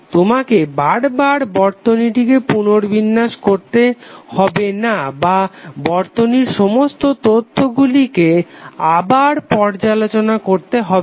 তোমাকে বার বার বর্তনীটিকে পুনর্বিন্যাস করতে হবে না বা বর্তনীর সমস্ত তথ্যগুলিকে আবার পর্যালোচনা করতে হবে না